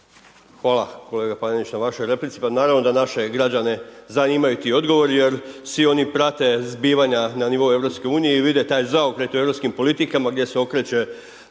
Hvala, kolega Panenić na vašoj replici. Pa naravno da naše građane zanimaju ti odgovori jer svi oni prate zbivanja na nivou EU i vide taj zaokret u europskim politikama gdje se okreće